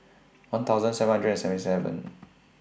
one thousand seven hundred and seventy seven